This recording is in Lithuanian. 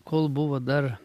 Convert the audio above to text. kol buvo dar